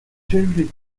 seriously